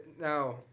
Now